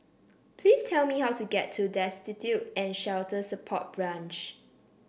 please tell me how to get to Destitute and Shelter Support Branch